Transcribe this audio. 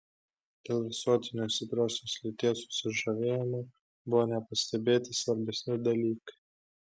dėl visuotinio stipriosios lyties susižavėjimo buvo nepastebėti svarbesni dalykai